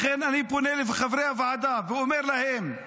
לכן אני פונה לחברי הוועדה ואומר להם,